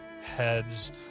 heads